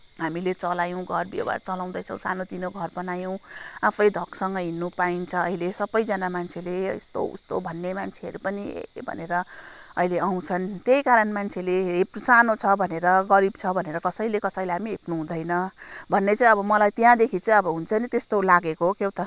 हामीले चलायौँ घर व्यवहार चलाउँदैछौँ सानो तिनो घर बनायौँ आफैँ धकसँग हिँड्नु पाइन्छ अहिले सबैजना मान्छेले यस्तो उस्तो भन्ने मान्छेहरू पनि ए भनेर अहिले आउँछन् त्यही कारण मान्छेले सानो छ भनेर गरिब छ भनेर कसैले कसैलाई हेप्नु हुँदैन भन्ने चाहिँ अब मलाई त्यहाँदेखि चाहिँ हुन्छ नि त्यस्तो लागेको के त